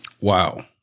Wow